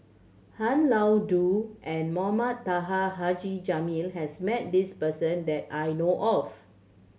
Han Lao Da and Mohamed Taha Haji Jamil has met this person that I know of